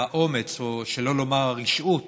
והאומץ של אותם נוכלים, שלא לומר הרשעוּת,